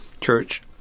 church